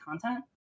content